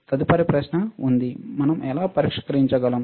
తదుపరి ప్రశ్న ఉంది మనం ఎలా పరీక్షించగలం